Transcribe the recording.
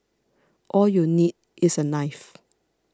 all you need is a knife